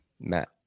Matt